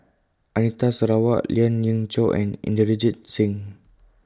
Anita Sarawak Lien Ying Chow and Inderjit Singh